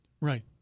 Right